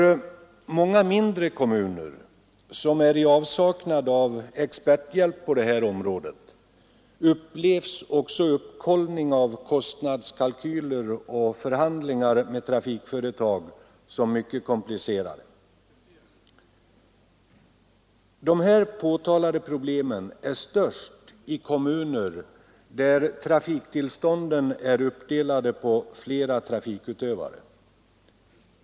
Många mindre kommuner som är i avsaknad av experthjälp på det här området upplever också uppkollning av kostnadskalkyler och förhandlingar med trafikföretag som mycket komplicerade. De här påtalade problemen är störst i kommuner där trafiktillstånden är uppdelade på flera trafikutövare.